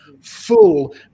full